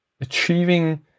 achieving